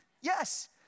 Yes